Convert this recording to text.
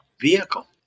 vehicle